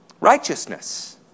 righteousness